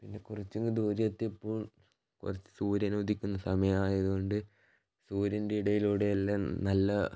പിന്നെ കുറച്ചങ്ങു ദൂരെ എത്തിയപ്പോൾ കുറച്ച് സൂര്യനുദിക്കുന്ന സമയമായത് കൊണ്ട് സൂര്യൻ്റെ ഇടയിലൂടെയെല്ലാം നല്ല